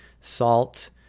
salt